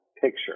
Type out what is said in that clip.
picture